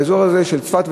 באזור הזה של צפת וטבריה,